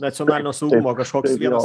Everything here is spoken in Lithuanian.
nacionalinio saugumo kažkoks vienas